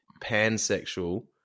pansexual